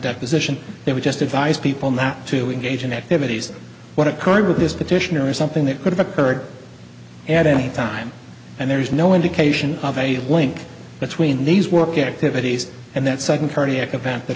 deposition they would just advise people not to engage in activities what occurred with this petitioner is something that could have occurred at any time and there is no indication of a link between these work activities and that sudden cardiac event that